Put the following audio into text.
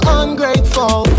ungrateful